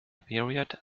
period